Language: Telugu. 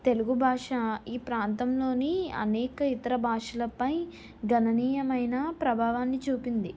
తెలుగు భాష ఈ ప్రాంతంలోని అనేక ఇతర భాషలపై గణనీయమైన ప్రభావాన్ని చూపింది